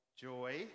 joy